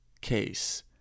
case